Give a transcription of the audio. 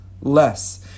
less